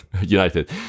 United